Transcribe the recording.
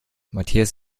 matthias